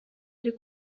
ari